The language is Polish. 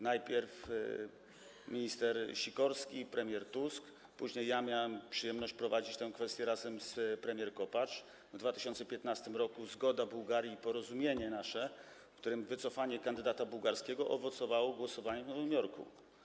Najpierw minister Sikorski i premier Tusk, później ja miałem przyjemność prowadzić tę kwestię razem z premier Kopacz, w 2015 r. była zgoda Bułgarii i nasze porozumienie, zgodnie z którym wycofanie kandydata bułgarskiego owocowało głosowaniem w Nowym Jorku.